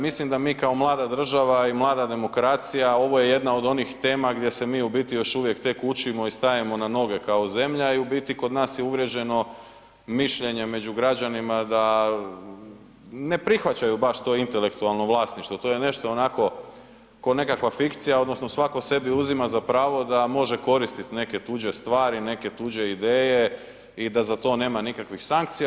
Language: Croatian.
Mislim da mi kao mlada država i mlada demokracija, ovo je jedna od onih tema gdje se mi u biti još uvijek tek učimo i stajemo na noge kao zemlja i u biti kod nas je uvriježeno mišljenje među građanima da ne prihvaćaju baš to intelektualno vlasništvo, to je nešto onako ko nekakva fikcija odnosno svako sebi uzima za pravo da može koristiti neke tuđe stvari, neke tuđe ideje i da za to nema nikakvih sankcija.